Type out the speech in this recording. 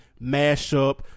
Mashup